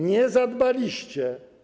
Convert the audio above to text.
Nie zadbaliście.